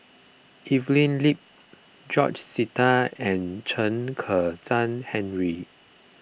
Evelyn Lip George Sita and Chen Kezhan Henri